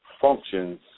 functions